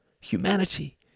Humanity